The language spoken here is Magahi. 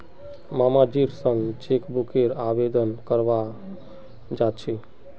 मामाजीर संग चेकबुकेर आवेदन करवा जा छि